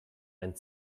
einen